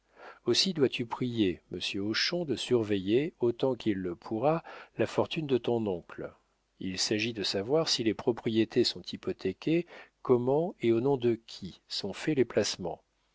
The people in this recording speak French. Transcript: aussi dois-tu prier monsieur hochon de surveiller autant qu'il le pourra la fortune de ton oncle il s'agit de savoir si les propriétés sont hypothéquées comment et au nom de qui sont faits les placements